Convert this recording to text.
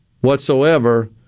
whatsoever